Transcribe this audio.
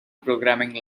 programming